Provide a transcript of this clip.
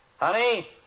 Honey